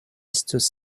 estus